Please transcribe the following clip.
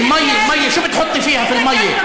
המים, מה אתם שמים בהם, במים,